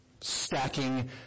Stacking